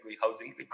housing